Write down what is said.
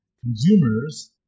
consumers